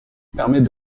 permet